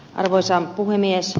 arvoisa puhemies